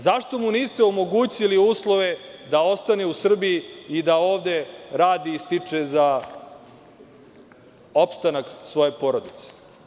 Zašto mu niste omogućili uslove da ostane u Srbiji i da ovde radi i stiče za opstanak svoje porodice?